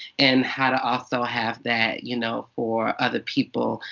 and how to also have that. you know for other people.